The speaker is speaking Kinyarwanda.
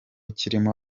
kirimo